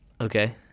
Okay